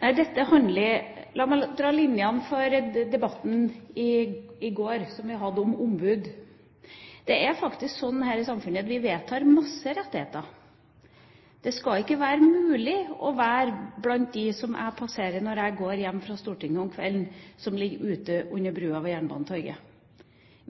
La meg trekke linjene fra den debatten vi hadde i går, om ombud. Det er faktisk sånn i dette samfunnet at vi vedtar masse rettigheter. Det skal ikke være mulig å være blant dem som jeg passerer når jeg går hjem fra Stortinget om kvelden – de som ligger ute under broen ved Jernbanetorget.